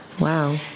Wow